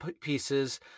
pieces